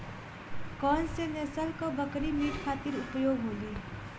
कौन से नसल क बकरी मीट खातिर उपयोग होली?